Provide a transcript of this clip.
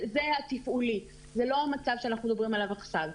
זה התפעולי, זה לא המצב שאנחנו מדברים עליו עכשיו.